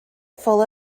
full